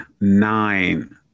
nine